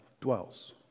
dwells